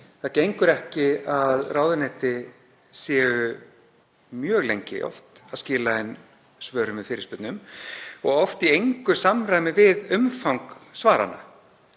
Það gengur ekki að ráðuneyti séu oft mjög lengi að skila inn svörum með fyrirspurnum og oft í engu samræmi við umfang svaranna.